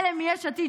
אלה מיש עתיד,